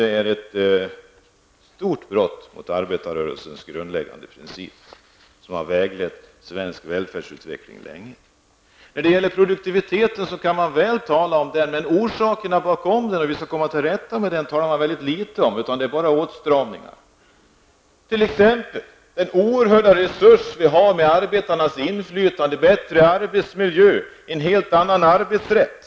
Det är ett stort brott mot arbetarrörelsens grundläggande principer som länge har väglett svensk välfärdsutveckling. När det gäller bristerna beträffande produktiviteten talas det mycket litet om orsakerna till den och hur vi skall komma till rätta med dessa. Det enda som nämns är åtstramningar. T.ex. har vi den oerhörda resurs som finns i arbetarnas inflytande, bättre arbetsmiljö och en helt annan arbetsrätt.